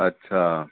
अच्छा